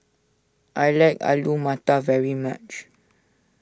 I like Alu Matar very much